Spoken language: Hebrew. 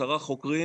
עשרה חוקרים,